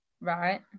Right